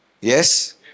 Yes